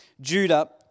Judah